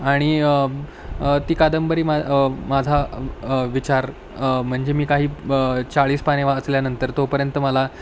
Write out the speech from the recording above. आणि ती कादंबरी माझ्या माझा विचार म्हणजे मी काही चाळीस पाने वाचल्यानंतर तोपर्यंत मला